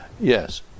Yes